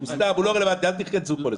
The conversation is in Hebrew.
אל תיכנסו לזה.